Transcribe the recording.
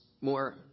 more